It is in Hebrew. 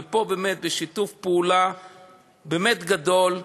ופה, באמת בשיתוף פעולה באמת גדול,